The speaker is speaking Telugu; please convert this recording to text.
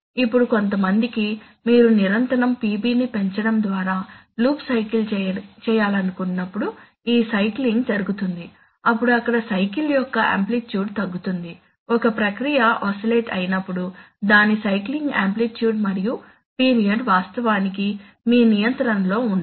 ఇప్పుడు కొంతమందికి మీరు నిరంతరం PB ని పెంచడం ద్వారా లూప్ సైకిల్ చేయాలనుకున్నప్పుడు ఈ సైక్లింగ్ జరుగుతుంది అప్పుడు అక్కడ సైకిల్ యొక్క ఆంప్లిట్యూడ్ తగ్గుతుంది ఒక ప్రక్రియ ఆసిలేట్ అయినప్పుడు దాని సైక్లింగ్ ఆంప్లిట్యూడ్ మరియు పీరియడ్ వాస్తవానికి మీ నియంత్రణలో ఉండవు